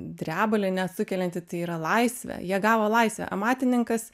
drebulį nesukelianti tai yra laisvę jie gavo laisvę amatininkas